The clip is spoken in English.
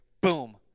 boom